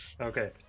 Okay